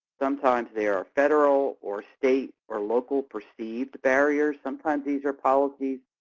sometimes they are federal or state or local perceived barriers. sometimes these are policies